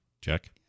Check